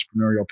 entrepreneurial